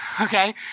okay